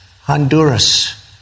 Honduras